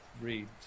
read